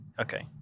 okay